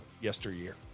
yesteryear